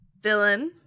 Dylan